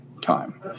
time